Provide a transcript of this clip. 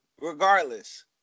regardless